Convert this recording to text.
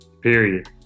period